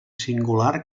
singular